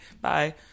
Bye